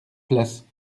place